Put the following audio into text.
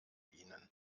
ihnen